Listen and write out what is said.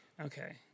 Okay